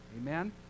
Amen